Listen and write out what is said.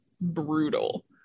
brutal